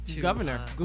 governor